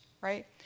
right